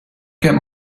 get